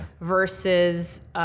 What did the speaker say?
versus